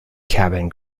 cabin